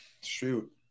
Shoot